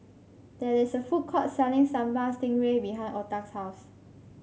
there is a food court selling Sambal Stingray behind Octa's house